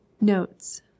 notes